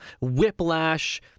whiplash